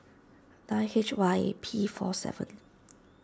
nine H Y A P four seven